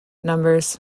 numbers